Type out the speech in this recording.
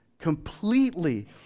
completely